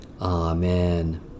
Amen